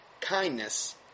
kindness